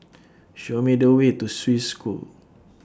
Show Me The Way to Swiss School